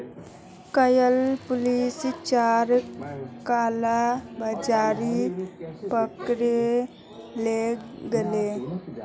कइल पुलिस चार कालाबाजारिक पकड़े ले गेले